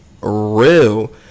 Real